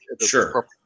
sure